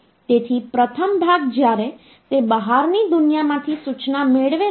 તેથી પ્રથમ ભાગ જ્યારે તે બહારની દુનિયામાંથી સૂચના મેળવે છે